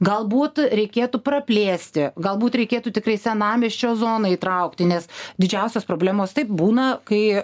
galbūt reikėtų praplėsti galbūt reikėtų tikrai senamiesčio zoną įtraukti nes didžiausios problemos taip būna kai